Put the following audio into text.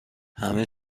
همه